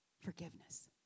Forgiveness